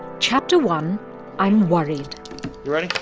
chapter one i'm worried you ready?